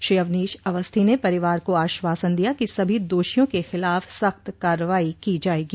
श्री अवनीश अवस्थी ने परिवार को आश्वासन दिया कि सभी दोषियों के खिलाफ सख्त कार्रवाई की जायेगी